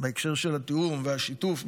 בהקשר של התיאום והשיתוף,